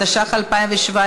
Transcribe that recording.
התשע"ח 2018,